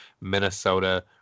Minnesota